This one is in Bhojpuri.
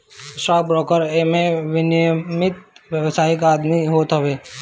स्टाक ब्रोकर एगो विनियमित व्यावसायिक आदमी होत हवे